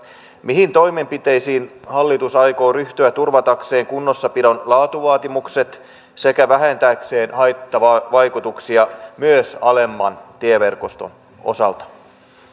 mihin toimenpiteisiin hallitus aikoo ryhtyä turvatakseen kunnossapidon laatuvaatimukset sekä vähentääkseen haittavaikutuksia myös alemman tieverkoston osalta